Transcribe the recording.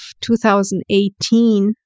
2018